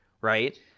right